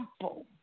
simple